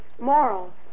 Moral